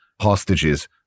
hostages